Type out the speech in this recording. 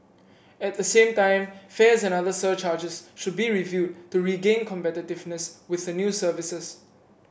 at the same time fares and other surcharges should be reviewed to regain competitiveness with the new services